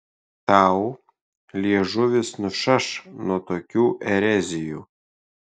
tau liežuvis nušaš nuo tokių erezijų